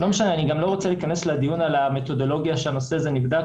ואני גם לא רוצה להיכנס לדיון על המתודולוגיה שבה הנושא הזה נבדק.